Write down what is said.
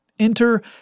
Enter